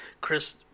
Chris